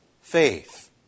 faith